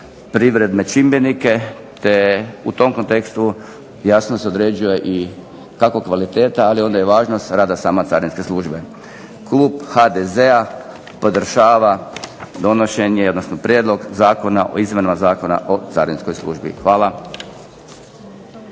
privredne čimbenike, te u tom kontekstu jasno se određuje i kako kvaliteta, ali onda i važnost rada same carinske službe. Klub HDZ-a podržava donošenje, odnosno Prijedlog zakona o izmjenama Zakona o carinskoj službi. Hvala.